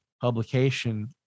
publication